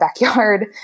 backyard